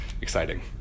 exciting